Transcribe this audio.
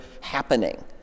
happening